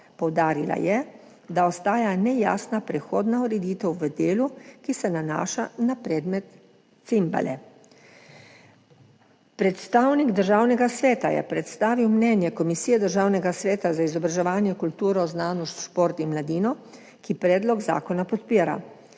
Poudarila je, da ostaja nejasna prehodna ureditev v delu, ki se nanaša na predmet cimbale. Predstavnik Državnega sveta je predstavil mnenje Komisije Državnega sveta za izobraževanje, kulturo, znanost, šport in mladino, ki predlog zakona podpira.